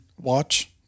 watch